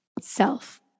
self